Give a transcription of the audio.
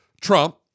Trump